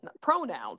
pronouns